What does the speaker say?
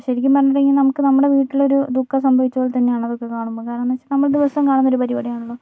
ശരിക്കും പറഞ്ഞിട്ടുണ്ടെങ്കിൽ നമുക്ക് നമ്മുടെ വീട്ടിലൊരു ദുഃഖം സംഭവിച്ചപോലെതന്നെയാണ് അതൊക്കെ കാണുമ്പോൾ കരണമെന്തെന്നുവച്ചാൽ നമ്മൾ ദിവസം കാണുന്നൊരു പരിപാടിയാണല്ലോ